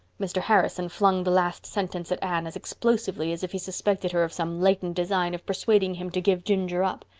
mr. harrison flung the last sentence at anne as explosively as if he suspected her of some latent design of persuading him to give ginger up.